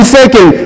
second